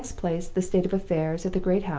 in the next place, the state of affairs at the great house,